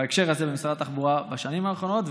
בהקשר הזה במשרד התחבורה בשנים האחרונות,